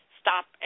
stop